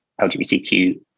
LGBTQ